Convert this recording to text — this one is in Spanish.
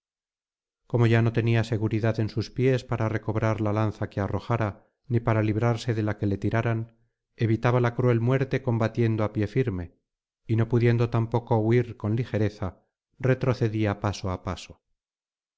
como ya no tenía seguridad en sus pies para recobrar la lanza que arrojara ni para librarse de la que le tiraran evitaba la cruel muerte combatiendo á pie firme y no piidiendo tampoco huir con ligereza retrocedía paso á paso